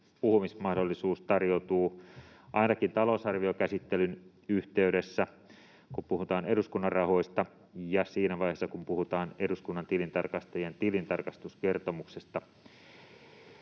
puhumismahdollisuus tarjoutuu ainakin talousarviokäsittelyn yhteydessä, kun puhutaan eduskunnan rahoista, ja siinä vaiheessa, kun puhutaan eduskunnan tilintarkastajien tilintarkastuskertomuksesta.